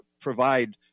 provide